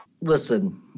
Listen